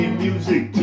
music